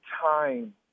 time